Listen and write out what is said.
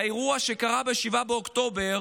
באירוע שקרה ב-7 באוקטובר